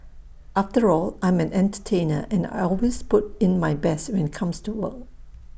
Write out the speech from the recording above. after all I'm an entertainer and I always put in my best when comes to work